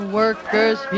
workers